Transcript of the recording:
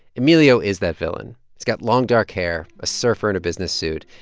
emilio is that villain. he's got long, dark hair a surfer in a business suit.